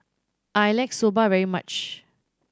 I like Soba very much